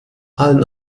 allen